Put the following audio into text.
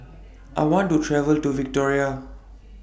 I want to travel to Victoria